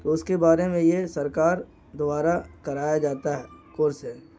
تو اس کے بارے میں یہ سرکار دوارا کرایا جاتا ہے کورس ہے